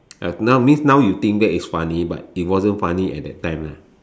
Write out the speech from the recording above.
uh now means now you think back it's funny but it wasn't funny at that time lah